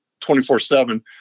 24-7